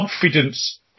confidence